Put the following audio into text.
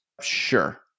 sure